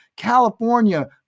California